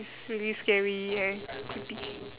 it's really scary and creepy